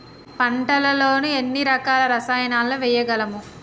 పంటలలో ఎన్ని రకాల రసాయనాలను వేయగలము?